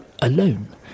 alone